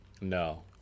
no